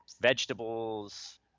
vegetables